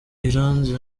iranzi